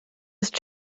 ist